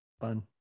Fun